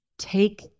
Take